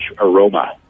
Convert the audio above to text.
aroma